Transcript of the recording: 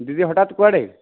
ଦିଦି ହଠାତ୍ କୁଆଡ଼େ